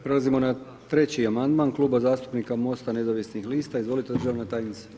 Prelazimo na 3. amandman Kluba zastupnika MOST-a nezavisnih lista, izvolite državna tajnice.